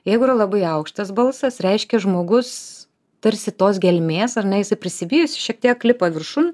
jeigu yra labai aukštas balsas reiškia žmogus tarsi tos gelmės ar ne jisai prisibijo jis šiek tiek lipa viršun